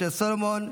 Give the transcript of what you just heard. משה סולומון.